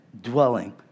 dwelling